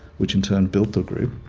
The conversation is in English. which in turn built the group,